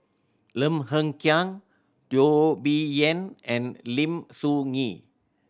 Lim Hng Kiang Teo Bee Yen and Lim Soo Ngee